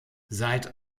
seit